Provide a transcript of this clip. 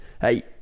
hey